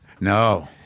No